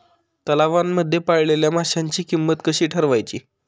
तलावांमध्ये पाळलेल्या माशांची किंमत कशी ठरवायची?